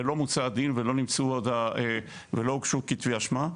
ולא מוצא הדין ולא הוגשו כתבי אשמה.